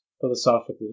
philosophically